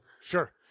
Sure